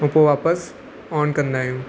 ऐं पोइ वापसि ऑन कंदा आहियूं